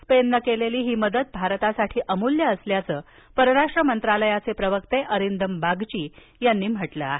स्पेननं केलेली ही मदत भारतासाठी अमूल्य असल्याचं परराष्ट्र मंत्रालयाचे प्रवक्ते अरिंदम बागची यांनी म्हटलं आहे